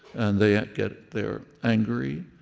and they get they are angry,